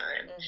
time